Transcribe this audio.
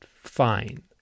fine